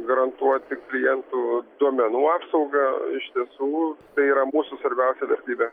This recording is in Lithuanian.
garantuoti klientų duomenų apsaugą iš tiesų tai yra mūsų svarbiausia vertybė